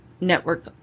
network